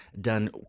done